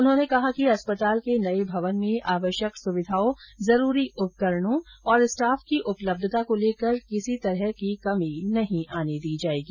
उन्होंने कहा कि अस्पताल के नये भवन में आवश्यक सुविधाओं जरूरी उपकरणों और स्टाफ की उपलब्यता को लेकर किसी तरह की कमी नहीं आने दी जायेगी